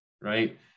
right